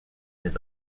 his